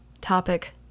topic